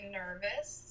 nervous